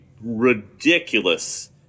Ridiculous